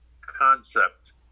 concept